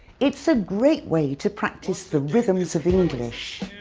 it's a great way to practice the rhythms of english.